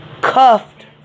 cuffed